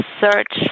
search